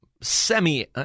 semi